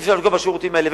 אי-אפשר לפגוע בשירותים האלה.